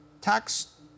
tax